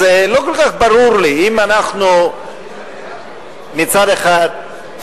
אז לא כל כך ברור לי אם אנחנו מצד אחד,